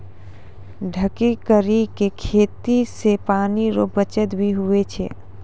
ढकी करी के खेती से पानी रो बचत भी हुवै छै